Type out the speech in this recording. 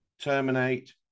terminate